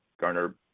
garner